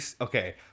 okay